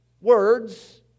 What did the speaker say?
words